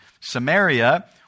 Samaria